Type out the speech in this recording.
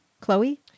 Chloe